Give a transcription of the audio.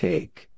Take